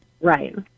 Right